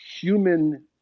human